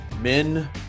Men